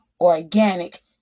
organic